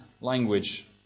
language